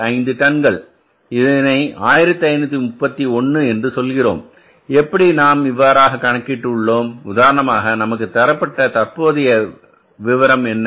5 டன்கள் இதனை 1531 என்று சொல்கிறோம் எப்படி நாம் இவ்வாறாக கணக்கிட்டு உள்ளோம் உதாரணமாக நமக்கு தரப்பட்ட தற்போதைய விவரம் என்ன